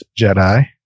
jedi